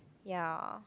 ya